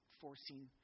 forcing